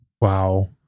Wow